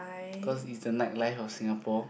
because it's the night life of Singapore